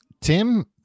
Tim